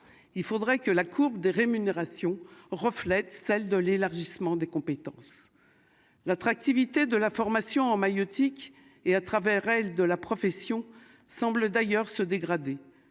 il faudrait que la courbe de rémunération reflète celle de l'élargissement des compétences, l'attractivité de la formation en maïeutique et à travers elle de la profession semble d'ailleurs se dégrader